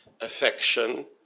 affection